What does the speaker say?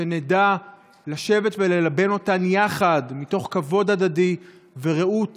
שנדע לשבת וללבן אותן יחד, מתוך כבוד הדדי ורעות